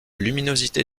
luminosité